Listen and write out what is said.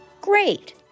great